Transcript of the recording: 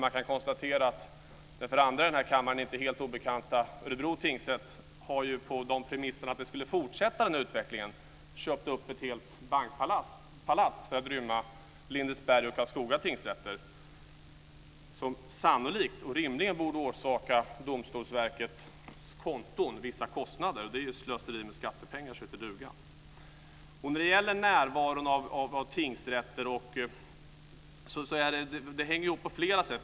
Man kan konstatera att den för andra i denna kammare inte helt obekanta Örebro tingsrätt på premisserna att utvecklingen skulle fortsätta har köpt ett helt bankpalats för att rymma Lindesberg och Karlskoga tingsrätter. Det borde sannolikt och rimligen orsaka Domstolsverkets konton vissa kostnader. Det är slöseri med skattepengar så det heter duga. Närvaron av tingsrätter hänger ihop på flera sätt.